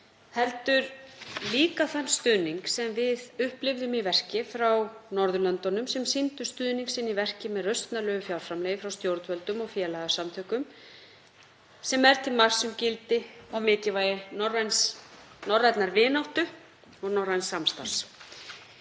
heldur líka þann stuðning sem við upplifðum í verki frá Norðurlöndunum sem sýndu stuðning sinn í verki með rausnarlegu fjárframlagi frá stjórnvöldum og félagasamtökum, sem er til marks um gildi og mikilvægi norrænnar vináttu og norræns samstarfs.